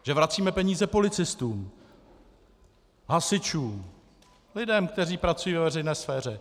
Že vracíme peníze policistům, hasičům, lidem, kteří pracují ve veřejné sféře.